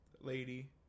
lady